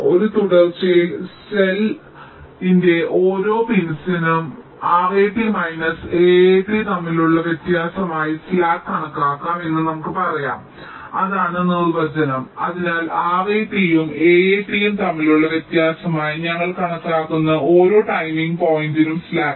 ഒരു തുടർച്ചയായ cell tau ന്റെ ഓരോ പിൻസിനും RAT മൈനസ് AAT തമ്മിലുള്ള വ്യത്യാസമായി സ്ലാക്ക് കണക്കാക്കാം എന്ന് നമുക്ക് പറയാം അതാണ് നിർവചനം അതിനാൽ RAT ഉം AAT ഉം തമ്മിലുള്ള വ്യത്യാസമായി ഞങ്ങൾ കണക്കാക്കുന്ന ഓരോ ടൈമിംഗ് പോയിന്റിനും സ്ലാക്ക്